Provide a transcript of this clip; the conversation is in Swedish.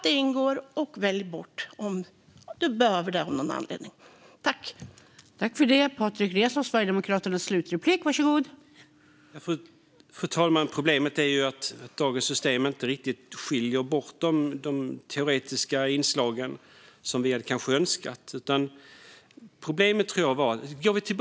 Då ingår det, och man väljer bort det om man av någon anledning behöver det.